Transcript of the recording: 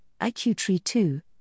IQTree2